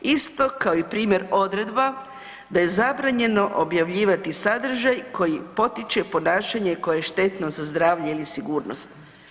Isto kao i primjer odredba da je zabranjeno objavljivati sadržaj koji potiče ponašanje koje je štetno za zdravlje ili sigurnost.